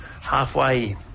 halfway